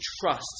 trust